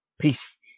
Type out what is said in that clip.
Peace